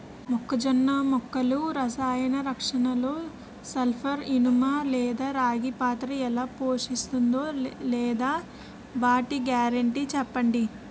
మొక్కజొన్న మొక్కల రసాయన రక్షణలో సల్పర్, ఇనుము లేదా రాగి పాత్ర ఎలా పోషిస్తుందో లేదా వాటి గ్యారంటీ చెప్పండి